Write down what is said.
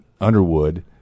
Underwood